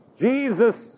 Jesus